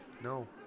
no